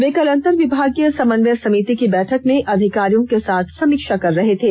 वे कल अंतर विभागीय समन्वय समिति की बैठक में अधिकारियों के साथ समीक्षा कर रहे थे